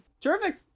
Terrific